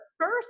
first